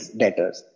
debtors